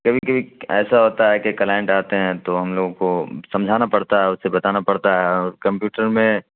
کبھی کبھی ایسا ہوتا ہے کہ کلائنٹ آتے ہیں تو ہم لوگوں کو سمجھانا پڑتا ہے اسے بتانا پڑتا ہے اور کمپیوٹر میں